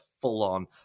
full-on